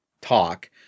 talk